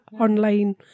online